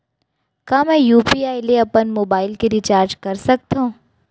का मैं यू.पी.आई ले अपन मोबाइल के रिचार्ज कर सकथव?